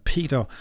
Peter